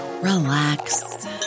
relax